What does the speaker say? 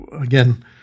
Again